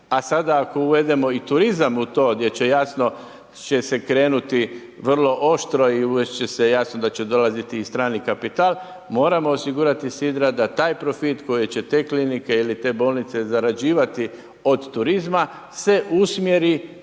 A sada ako uvedemo i turizam u to gdje će jasno će se krenuti vrlo oštro i uvest će se, jasno da će dolaziti i strani kapital, moramo osigurati sidra da taj profit koji će te klinike ili te bolnice zarađivati od turizma se usmjeri